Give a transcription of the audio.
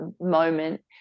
moment